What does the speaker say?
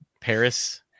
Paris